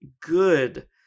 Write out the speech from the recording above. good